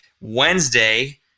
Wednesday